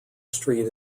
street